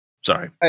Sorry